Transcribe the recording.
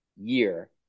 year